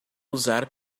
usar